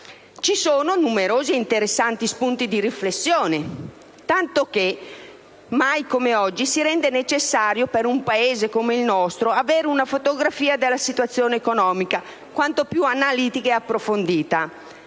conti? Numerosi e interessanti sono gli spunti di riflessione, tanto più che mai come oggi si rende necessario per un Paese come il nostro avere una fotografia della situazione economica quanto più analitica e approfondita.